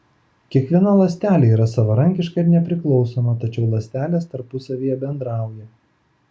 kiekviena ląstelė yra savarankiška ir nepriklausoma tačiau ląstelės tarpusavyje bendrauja